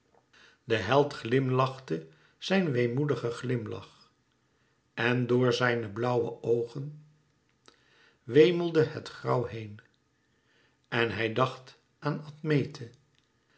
de held glimlachte zijn weemoedigen glimlach en door zijne blauwe oogen wemelde het grauw heen en hij dacht aan admete